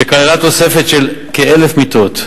שכללה תוספת של כ-1,000 מיטות,